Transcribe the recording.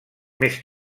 més